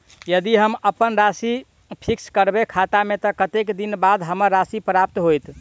यदि हम अप्पन राशि फिक्स करबै खाता मे तऽ कत्तेक दिनक बाद हमरा राशि प्राप्त होइत?